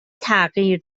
تغییر